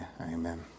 Amen